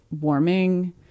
warming